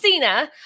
Cena